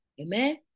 amen